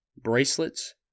bracelets